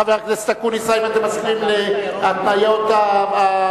חבר הכנסת אקוניס, האם אתם מסכימים להתניות השרה?